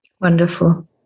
wonderful